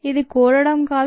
ఇది కూడటం కాదు